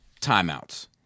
timeouts